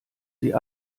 sie